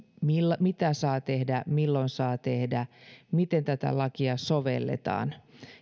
siitä mitä saa tehdä milloin saa tehdä miten tätä lakia sovelletaan